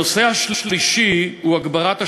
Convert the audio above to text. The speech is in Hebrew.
הנושא השלישי הוא הגברת השקיפות,